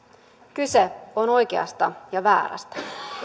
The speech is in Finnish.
kyse on oikeasta ja väärästä